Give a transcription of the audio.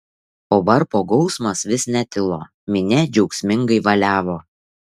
o varpo gausmas vis netilo minia džiaugsmingai valiavo